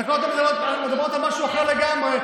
התקנות מדברות על משהו אחר לגמרי,